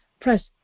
press